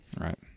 Right